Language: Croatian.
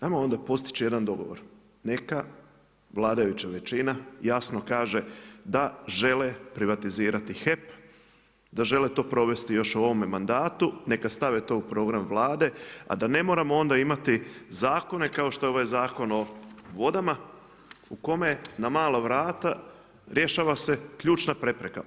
Ajmo onda postići jedan dogovor, neka vladajuća većina jasno kaže da žele privatizirati HEP, da žele to provesti još u ovome mandatu, neka stave to u program Vlade, a da ne moramo onda imati zakone, kao što je to ovaj Zakon o vodama, u kome na mala vrata, rješava se ključna prepreka.